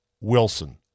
Wilson